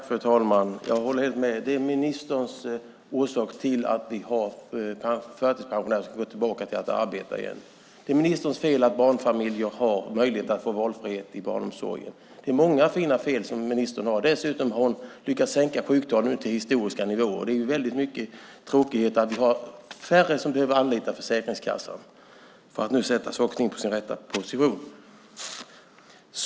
Fru talman! Jag håller helt med: Det är ministern som är orsak till att vi har förtidspensionärer som går tillbaka till att arbeta igen. Det är ministerns fel att barnfamiljer har möjlighet till valfrihet i barnomsorgen. Det är många fina fel som ministern har. Dessutom har hon lyckats sänka sjuktalen till historiska nivåer. Det är väldigt tråkigt att det är färre som behöver anlita Försäkringskassan - detta sagt för att nu sätta saker på sin rätta position.